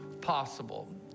possible